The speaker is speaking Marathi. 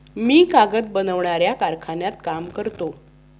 मी कागद बनवणाऱ्या कारखान्यात काम करतो